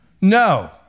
no